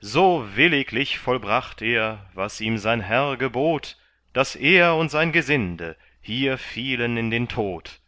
so williglich vollbracht er was ihm sein herr gebot daß er und sein gesinde hier fielen in den tod